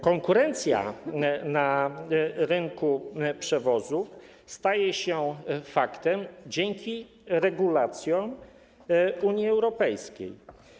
Konkurencja na rynku przewozów staje się faktem dzięki regulacjom Unii Europejskiej.